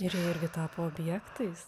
ir irgi tapo objektais